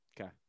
Okay